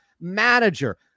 manager